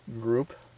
group